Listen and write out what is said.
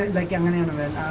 like um and intimate